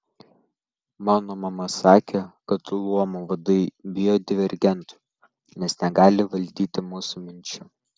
mano mama sakė kad luomų vadai bijo divergentų nes negali valdyti mūsų minčių